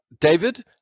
david